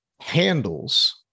handles